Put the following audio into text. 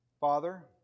Father